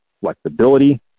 flexibility